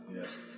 yes